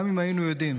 גם אם היינו יודעים